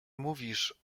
mówisz